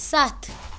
سَتھ